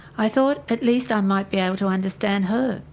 i thought at least i might be able to understand her,